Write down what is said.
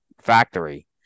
factory